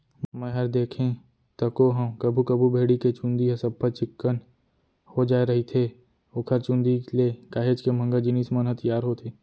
मैंहर देखें तको हंव कभू कभू भेड़ी के चंूदी ह सफ्फा चिक्कन हो जाय रहिथे ओखर चुंदी ले काहेच के महंगा जिनिस मन ह तियार होथे